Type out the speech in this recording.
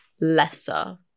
lesser